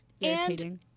irritating